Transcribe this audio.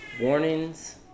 warnings